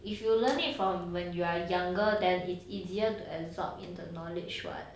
if you will learn it from you when you're younger than it's easier to absorb into knowledge [what]